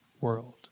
world